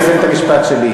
אני אסיים את המשפט שלי.